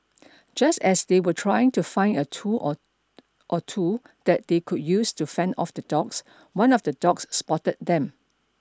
just as they were trying to find a tool or or two that they could use to fend off the dogs one of the dogs spotted them